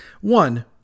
One